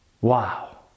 wow